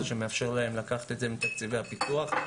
שמאפשר להם לקחת את זה מתקציבי הפיתוח,